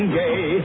gay